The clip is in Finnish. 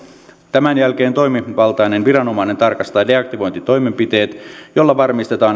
tämän jälkeen toimivaltainen viranomainen tarkastaa deaktivointitoimenpiteet millä varmistetaan